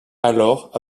alors